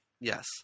Yes